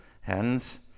hands